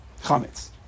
Chametz